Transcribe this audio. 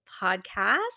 podcast